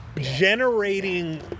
generating